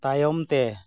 ᱛᱟᱭᱚᱢ ᱛᱮ